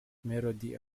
melodie